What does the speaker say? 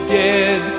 dead